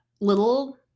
little